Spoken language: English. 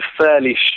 fairly